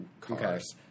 cars